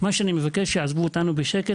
מה שאני מבקש הוא שיעזבו אותנו בשקט,